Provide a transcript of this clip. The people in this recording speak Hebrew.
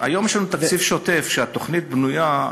היום יש לנו תקציב שוטף שהתוכנית בנויה,